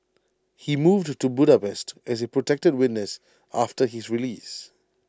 he moved to Budapest as A protected witness after his release